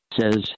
says